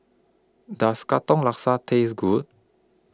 Does Katong Laksa Taste Good